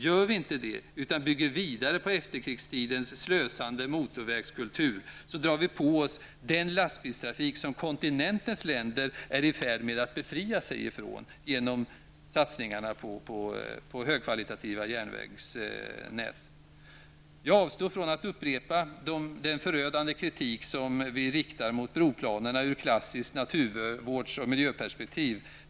Gör vi inte det utan bygger vidare på efterkrigstidens slösande motorvägskultur drar vi på oss den lastbilstrafik som kontinentens länder är i färd med att befria sig från genom satsningarna på högkvalitativa järnvägsnätet. Jag avstår från att upprepa den förödande kritik som vi riktat mot broplaner ur klassiskt naturvårdsoch miljöperspektiv.